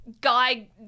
guy